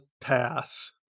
pass